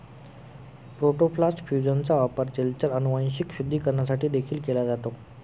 protoplast फ्यूजनचा वापर जलचर अनुवांशिक शुद्धीकरणासाठी देखील केला जातो